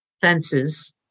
fences